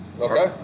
okay